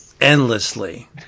endlessly